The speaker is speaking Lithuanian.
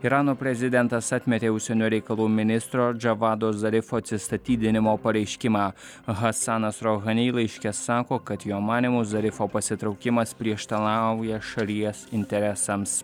irano prezidentas atmetė užsienio reikalų ministro džavado zarifo atsistatydinimo pareiškimą hasanas rohani laiške sako kad jo manymu zarifo pasitraukimas prieštalauja šalies interesams